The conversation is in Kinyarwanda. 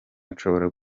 nshobora